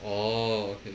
orh